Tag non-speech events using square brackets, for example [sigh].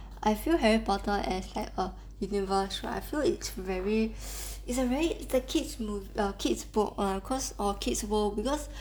I feel harry potter as like a universe right I feel like it's very [noise] it's a very it's a kids mov~ uh kids' book uh cause oh kids world because